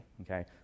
okay